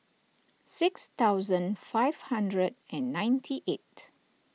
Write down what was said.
six thousand five hundred and ninety eight